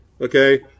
Okay